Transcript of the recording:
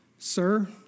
Sir